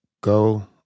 Go